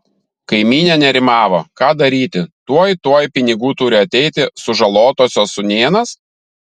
kaimynė nerimavo ką daryti tuoj tuoj pinigų turi ateiti sužalotosios sūnėnas